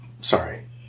Sorry